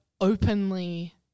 openly